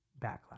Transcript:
backlash